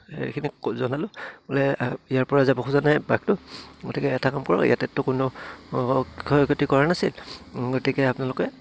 এইখিনি জনালোঁ বোলে ইয়াৰপৰা যাব খোজা নাই বাঘটো গতিকে এটা কাম কৰক ইয়াততো কোনো ক্ষয়ক্ষতি কৰা নাছিল গতিকে আপোনালোকে